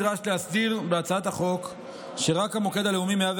נדרש להסדיר בהצעת החוק שרק המוקד הלאומי 101